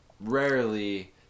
rarely